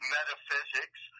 Metaphysics